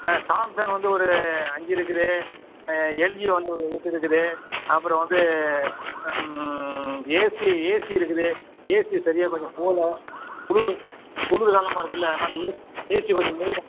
ஆ Samsung வந்து ஒரு அஞ்சு இருக்குது எல்ஜி வந்து ஒரு எட்டு இருக்குது அப்புறம் வந்து ஏசி ஏசி இருக்குது ஏசி சரியாக கொஞ்சம் போல குளு குளிர் காலமாக இருக்கில்ல அதனால் ஏ ஏசி கொஞ்சம் மூ